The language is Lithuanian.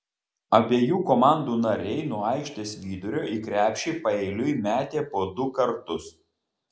abiejų komandų nariai nuo aikštės vidurio į krepšį paeiliui metė po du kartus